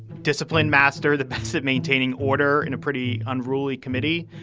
discipline master the best at maintaining order in a pretty unruly committee.